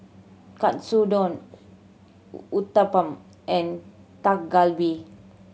Katsudon Uthapam and Dak Galbi